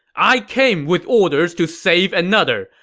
i came with orders to save another.